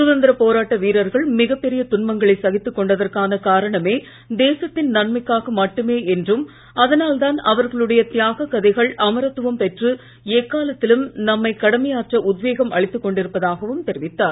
சுதந்திரப் போராட்ட வீரர்கள் மிகப் பெரிய துன்பங்களை சகித்துக் கொண்டதற்கான காரணமே தேசத்தின் நன்மைக்காக மட்டுமே என்றும் அதனால் தான் அவர்களுடைய தியாக கதைகள் அமரத்துவம் பெற்று எக்காலத்திலும் நம்மை கடமையாற்ற உத்வேகம் அளித்துக் கொண்டிருப்பதாகவும் தெரிவித்தார்